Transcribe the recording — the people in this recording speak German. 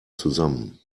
zusammen